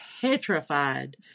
petrified